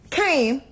came